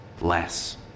less